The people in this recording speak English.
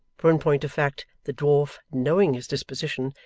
for in point of fact, the dwarf, knowing his disposition,